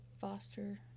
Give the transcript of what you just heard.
Foster